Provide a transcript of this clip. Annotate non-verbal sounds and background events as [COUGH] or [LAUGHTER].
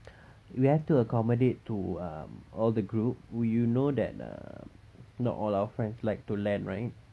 [BREATH] you have to accommodate to um all the group who you know that uh not all our friends like to LAN right